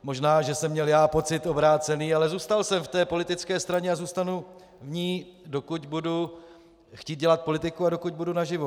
Možná že jsem měl já pocit obrácený, ale zůstal jsem v té politické straně a zůstanu v ní, dokud budu chtít dělat politiku a dokud budu naživu.